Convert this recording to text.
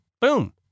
boom